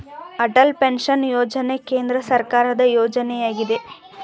Atal pension ಯೋಜನೆ ಕೇಂದ್ರ ಸರ್ಕಾರದ ಯೋಜನೆಯಗಿದೆ